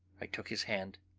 i took his hand,